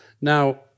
Now